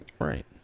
right